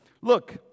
Look